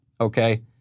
okay